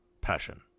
passion